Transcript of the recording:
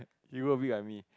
you will be army